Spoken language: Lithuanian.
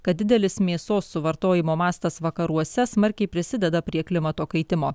kad didelis mėsos suvartojimo mastas vakaruose smarkiai prisideda prie klimato kaitimo